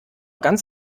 ganz